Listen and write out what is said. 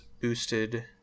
boosted